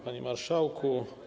Panie Marszałku!